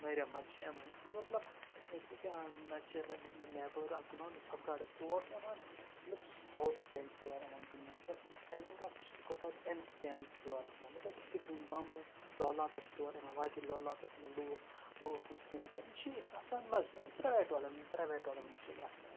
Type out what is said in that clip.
واریاہ مَزٕ چھِ یِوان یِتھ پٲٹھۍ مطلب أسۍ وٕنکینس چھِ مطلب نٮ۪بَر اَکھ گراونٛڈ یُس چھۄپراڑٕچ تور چھِ یِوان مطلب ساوُتھ ٹیم چھُ تورٕ یِوان گِنٛدنہٕ مطلب ending of district Kupwara and team چھُ تورٕ یِوان مطلب ڈِسٹرک گامہٕ لولاب پٮ۪ٹھ چھِ تور یِوان وادی لولاب پٮ۪ٹھ چھِ یِوان لُکھ لُکھ وٕچھنہٕ مطلب یہِ چھِ آسان مَزٕ مطلب پرٛیویٹ ٹورنَمٮ۪نٹ پرٛیویٹ ٹورنَمٮنٹ چھِ وَسان